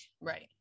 right